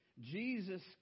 Jesus